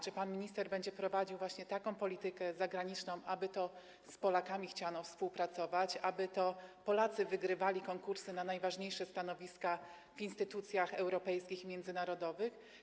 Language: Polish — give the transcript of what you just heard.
Czy pan minister będzie prowadził taką politykę zagraniczną, aby to z Polakami chciano współpracować, aby to Polacy wygrywali konkursy na najważniejsze stanowiska w instytucjach europejskich i międzynarodowych?